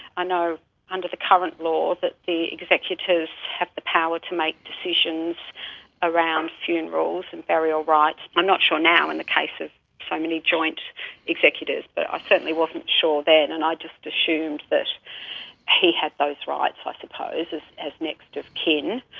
i know under the current law that the executors have the power to make decisions around funerals and burial rites. i'm not sure now in the case of so many joint executors, but i certainly wasn't sure then and i just assumed that he had those rights i suppose as as next of kin.